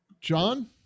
john